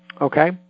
okay